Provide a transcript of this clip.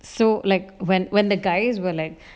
so like when when the guys were like